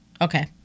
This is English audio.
okay